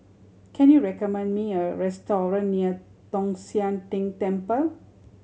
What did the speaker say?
can you recommend me a restaurant near Tong Sian Tng Temple